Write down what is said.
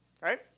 Right